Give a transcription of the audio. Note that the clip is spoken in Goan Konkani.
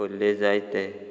उरले जायते